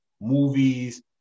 movies